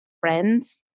friends